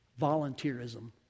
volunteerism